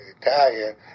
Italian